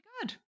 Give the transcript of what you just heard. good